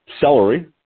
celery